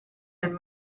and